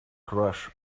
crush